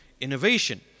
innovation